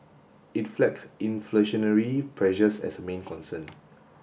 it flagged inflationary pressures as a main concern